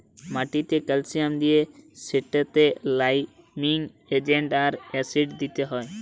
মাটিতে ক্যালসিয়াম দিলে সেটতে লাইমিং এজেল্ট আর অ্যাসিড দিতে হ্যয়